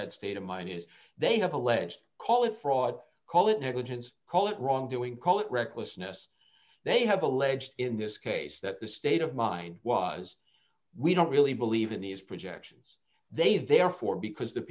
state of mind is they have alleged call it fraud call it negligence call it wrongdoing call it recklessness they have alleged in this case that the state of mind was we don't really believe in these projections they therefore because the